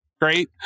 great